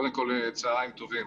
קודם כל, צהרים טובים.